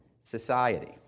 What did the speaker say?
society